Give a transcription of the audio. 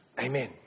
Amen